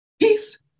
peace